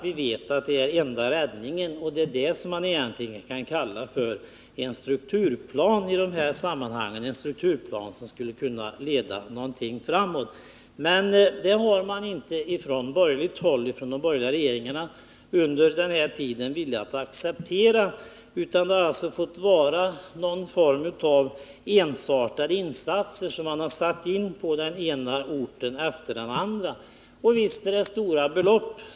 Vi vet att det är enda räddningen, och det är detta man kan kalla för en strukturplan i det här sammanhanget, en plan som skulle kunna leda framåt. Men det har de borgerliga regeringarna under den här tiden inte velat acceptera, utan det har gjorts enstaka insatser på den ena orten efter den andra. Visst är det stora belopp.